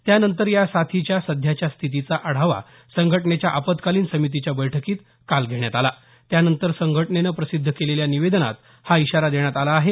त्यानंतर या साथीच्या सध्याच्या स्थितीचा आढावा संघटनेच्या आपत्कालीन समितीच्या बैठकीत काल घेण्यात आला त्यानंतर संघटनेनं प्रसिद्ध केलेल्या निवेदनात हा इशारा देण्यात आला आहे